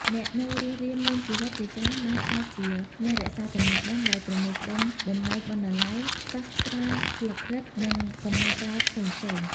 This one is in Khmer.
អ្នកនៅរស់រានមានជីវិតជាច្រើនបានក្លាយជា អ្នករក្សាចំណេះដឹង ដោយប្រមូលផ្ដុំបំណែកបណ្ណាល័យ សាស្ត្រាស្លឹករឹត និងកំណត់ត្រាផ្សេងៗ។